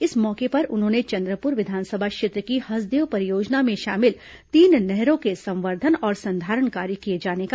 इस मौके पर उन्होंने कहा कि चंद्रपुर विधानसभा क्षेत्र की हसदेव परियोजना में शामिल तीन नहरों का संवर्धन और संधारण किया जाएगा